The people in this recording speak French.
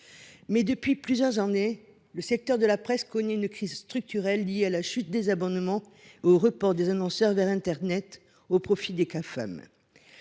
Depuis plusieurs années, le secteur de la presse connaît une crise structurelle liée à la chute des abonnements et au report des annonceurs vers internet au profit des Gafam